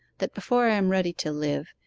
that before i am ready to live,